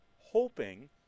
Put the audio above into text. hoping